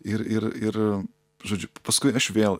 ir ir ir žodžiu paskui aš vėl